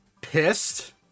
pissed